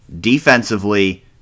Defensively